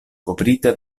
kovrita